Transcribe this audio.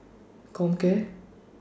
Comcare